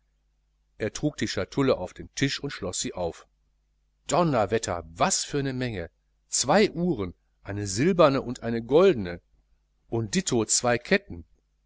er trug die schatulle auf den tisch und schloß sie auf donnerwetter was für ne menge zwei uhren eine silberne und eine goldene und ditto zwei ketten